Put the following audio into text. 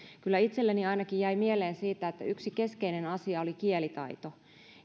kyllä ainakin itselleni jäi mieleen siitä se että yksi keskeinen asia on kielitaito